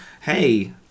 hey